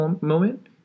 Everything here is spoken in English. moment